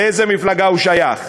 לאיזו מפלגה הוא שייך?